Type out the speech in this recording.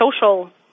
social